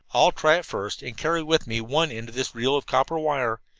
i'll try it first, and carry with me one end of this reel of copper wire.